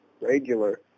regular